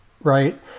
right